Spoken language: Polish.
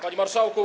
Panie Marszałku!